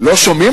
לא שומעים